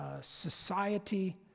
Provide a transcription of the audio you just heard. society